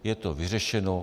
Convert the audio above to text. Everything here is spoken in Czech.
Je to vyřešeno.